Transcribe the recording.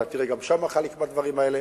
ואתה תראה גם שם חלק מהדברים האלה.